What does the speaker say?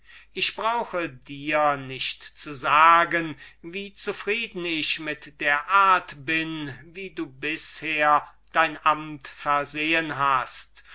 ich brauche dir nicht zu sagen wie zufrieden ich mit der art bin wie du bisher dein amt versehen hast